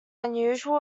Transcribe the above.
unusual